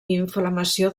inflamació